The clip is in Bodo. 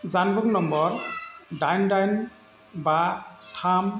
जानबुं नम्बर दाइन दाइन बा थाम